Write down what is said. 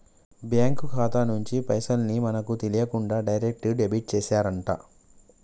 bank ఖాతా నుంచి పైసల్ ని మనకు తెలియకుండా డైరెక్ట్ డెబిట్ చేశారట